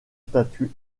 statues